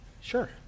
sure